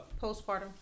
Postpartum